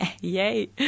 Yay